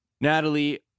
Natalie